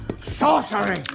sorcery